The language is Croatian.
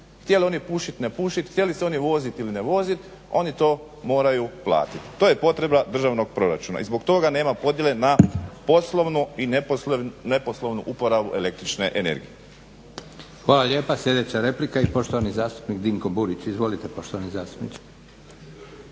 htjeli oni pušit, ne pušit, htjeli se oni vozit ili ne vozit. Oni to moraju platiti. To je potreba državnog proračuna i zbog toga nema podjele na poslovnu i neposlovnu uporabu električne energije. **Leko, Josip (SDP)** Hvala lijepa. Sljedeća replika i poštovani zastupnik Dinko Burić. Izvolite poštovani zastupniče.